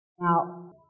Now